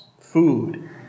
food